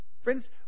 Friends